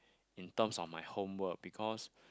in terms of my homework because